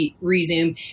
resume